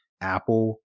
Apple